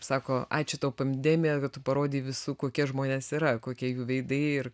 sako ačiū tau pandemija tu parodei visų kokie žmonės yra kokie jų veidai ir